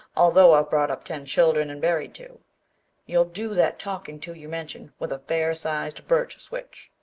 although i've brought up ten children and buried two you'll do that talking to you mention with a fair-sized birch switch.